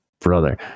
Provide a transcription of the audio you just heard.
brother